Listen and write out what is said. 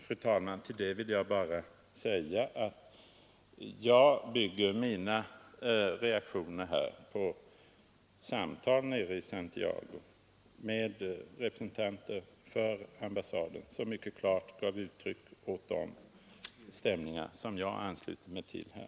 Fru talman! Till det vill jag bara säga att jag bygger mina reaktioner på samtal nere i Santiago med representanter för ambassaden, som mycket klart gav uttryck åt de stämningar jag har förmedlat här.